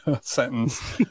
sentence